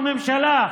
מתוך הממשלה,